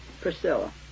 Priscilla